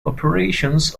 operations